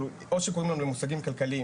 או שקוראים לנו במושגים כלכליים,